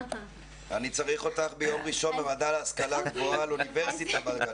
אני צריך אותך ביום ראשון בוועדה להשכלה גבוהה על אוניברסיטה בגליל.